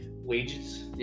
wages